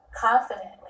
confidently